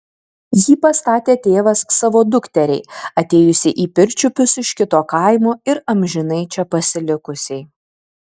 jį pastatė tėvas savo dukteriai atėjusiai į pirčiupius iš kito kaimo ir amžinai čia pasilikusiai